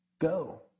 Go